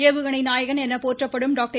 ஏவுகணை நாயகன் என போற்றப்படும் டாக்டர்